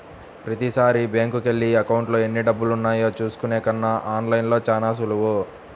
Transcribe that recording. ప్రతీసారీ బ్యేంకుకెళ్ళి అకౌంట్లో ఎన్నిడబ్బులున్నాయో చూసుకునే కన్నా ఆన్ లైన్లో చానా సులువు